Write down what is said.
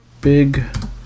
Big